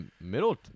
middle